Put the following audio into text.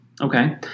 Okay